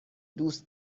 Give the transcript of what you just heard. دوست